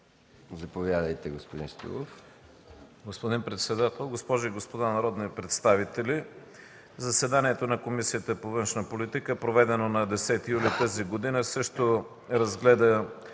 Заповядайте, господин Николов.